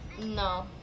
No